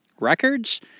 Records